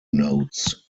notes